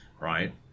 right